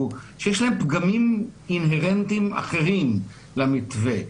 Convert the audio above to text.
שיש גם פגמים אינהרנטיים אחרים למתווה.